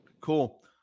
Cool